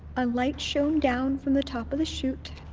a light shone down from the top of the chute.